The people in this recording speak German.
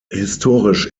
historisch